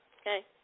Okay